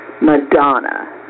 Madonna